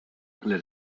les